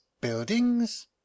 Buildings